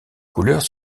couleurs